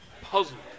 puzzled